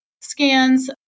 scans